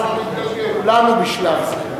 אמרת "יושב-ראש ועדת הכספים בשלב זה".